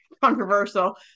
controversial